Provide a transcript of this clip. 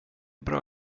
bra